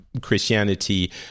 Christianity